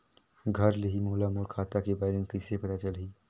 घर ले ही मोला मोर खाता के बैलेंस कइसे पता चलही?